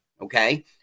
okay